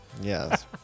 Yes